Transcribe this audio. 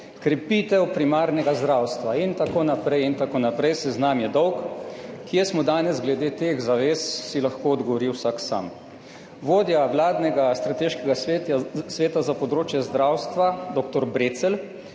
krepitev primarnega zdravstva in tako naprej in tako naprej, seznam je dolg. Kje smo danes glede teh zavez, si lahko odgovori vsak sam. Vodja vladnega strateškega sveta za področje zdravstva dr. Brecelj